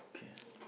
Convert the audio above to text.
okay